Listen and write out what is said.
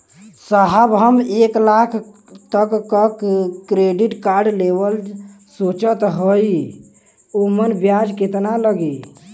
साहब हम एक लाख तक क क्रेडिट कार्ड लेवल सोचत हई ओमन ब्याज कितना लागि?